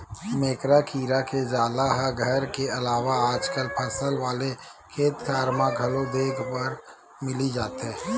मेकरा कीरा के जाला ह घर के अलावा आजकल फसल वाले खेतखार म घलो देखे बर मिली जथे